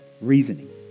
Reasoning